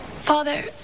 Father